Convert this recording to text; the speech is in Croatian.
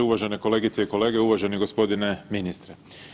Uvažene kolegice i kolege, uvaženi gospodine ministre.